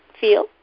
feel